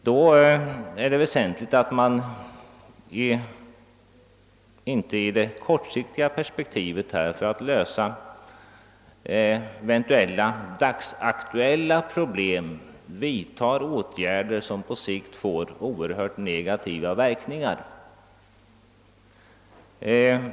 Det är viktigt att man inte i ett kortsiktigt perspektiv vidtar åtgärder för att lösa eventuella dagsaktuella problem vilka på sikt får oerhört negativa verkningar.